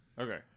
Okay